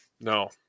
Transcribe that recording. No